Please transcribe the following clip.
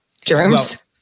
Germs